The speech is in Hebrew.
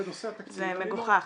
זה מגוחך.